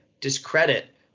discredit